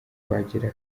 kuhagera